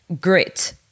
grit